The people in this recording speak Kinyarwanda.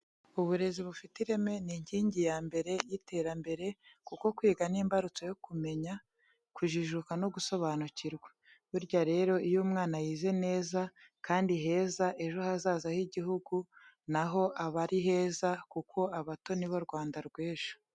Uburezi bufite ireme ni inkingi ya mbere y'iterambere kuko kwiga ni imbarutso yo kumenya, kujijuka no gusobanukirwa. Burya rero iyo umwana yize neza kandi heza ejo hazaza h'igihugu na ho aba ari heza kuko abato ni bo Rwanda rw'ejo.